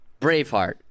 Braveheart